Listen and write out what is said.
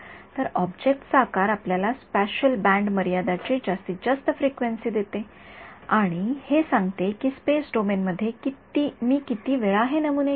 तर ऑब्जेक्टचा आकार आपल्याला स्पॅशिअल बँड मर्यादाची जास्तीत जास्त फ्रिक्वेन्सी देते आणि हे सांगते की स्पेस डोमेन मध्ये मी किती वेळा हे नमुने घ्यावे